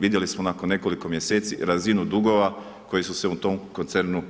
Vidjeli smo nakon nekoliko mjeseci razinu dugova koji su se u tom koncernu